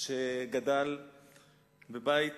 שגדל בבית